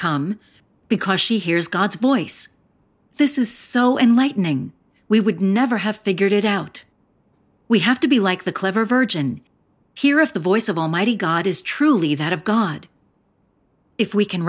come because she hears god's voice this is so enlightening we would never have figured it out we have to be like the clever version here of the voice of almighty god is truly that of god if we can